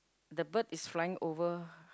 the bird is flying over